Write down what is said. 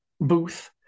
booth